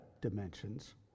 dimensions